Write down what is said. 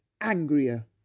angrier